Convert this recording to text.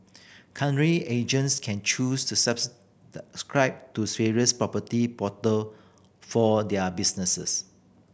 currently agents can choose to subscribe to various property portal for their businesses